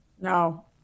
no